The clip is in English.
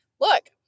Look